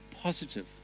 positive